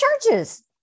Churches